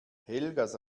helgas